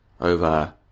over